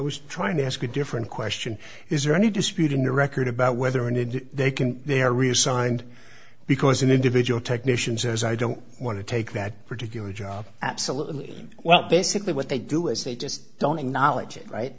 was trying to ask a different question is there any dispute in your record about whether an id they can they're reassigned because an individual technicians as i don't want to take that particular job absolutely well basically what they do is they just don't acknowledge it right